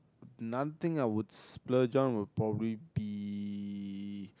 another thing I would splurge on will probably be